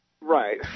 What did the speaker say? Right